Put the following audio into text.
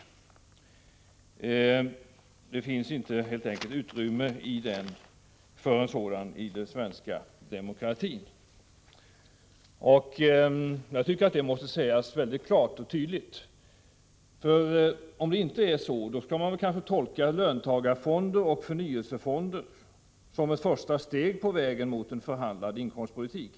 Det finns helt enkelt inte utrymme för en sådan i den svenska demokratin. Detta måste sägas väldigt klart och tydligt, för om det inte är så skall man kanske tolka löntagarfonder och förnyelsefonder som ett första steg på vägen mot en förhandlad inkomstpolitik.